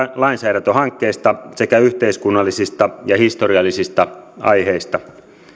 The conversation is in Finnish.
lainsäädäntöhankkeista sekä yhteiskunnallisista ja historiallisista aiheista